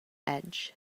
edge